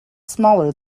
smaller